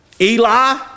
Eli